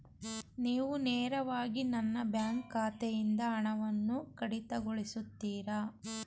ನೀವು ನೇರವಾಗಿ ನನ್ನ ಬ್ಯಾಂಕ್ ಖಾತೆಯಿಂದ ಹಣವನ್ನು ಕಡಿತಗೊಳಿಸುತ್ತೀರಾ?